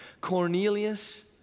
Cornelius